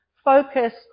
focus